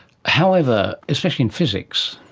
however, especially in physics,